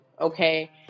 okay